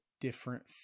different